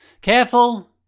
Careful